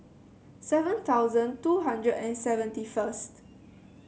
seven thousand two hundred and seventy first